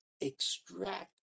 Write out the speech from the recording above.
Extract